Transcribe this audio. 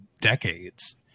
decades